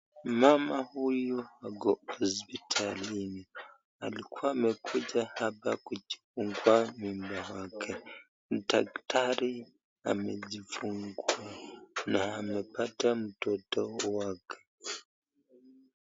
Mama huyu ako hospitalini alikua amekuja hapa kujifungua mimba yake daktari amejifungua na amepata mtoto wake.